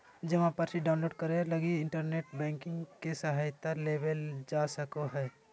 जमा पर्ची डाउनलोड करे लगी इन्टरनेट बैंकिंग के सहायता लेवल जा सको हइ